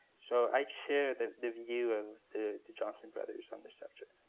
so i share the the view of the the johnson brothers on the subject.